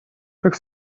как